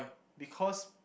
because